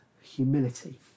humility